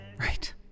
Right